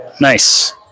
Nice